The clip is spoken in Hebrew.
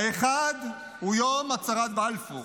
האחד הוא יום הצהרת בלפור,